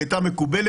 היא הייתה מקובלת.